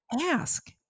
ask